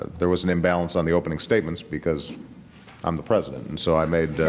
there was an imbalance on the opening statements because i'm the president and so i made